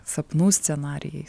sapnų scenarijais